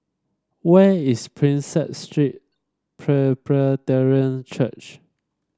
where is Prinsep Street Presbyterian Church